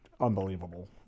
unbelievable